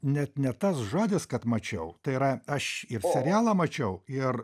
net ne tas žodis kad mačiau tai yra aš ir serialą mačiau ir